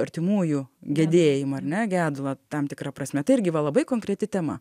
artimųjų gedėjimą ar ne gedulą tam tikra prasme tai irgi va labai konkreti tema